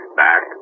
back